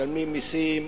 משלמים מסים,